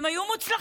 והם היו מוצלחים.